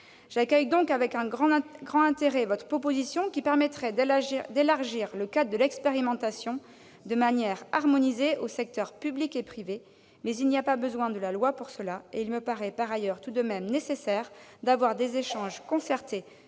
J'accueille donc avec grand intérêt votre proposition, qui permettrait d'élargir le cadre de l'expérimentation de manière harmonisée aux secteurs public et privé, mais il n'y a pas besoin de la loi pour cela. Il me paraît par ailleurs tout de même nécessaire d'avoir des échanges avec